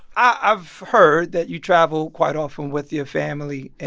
i've heard that you travel quite often with your family and.